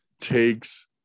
takes